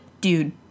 Dude